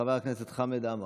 חבר הכנסת חמד עמאר,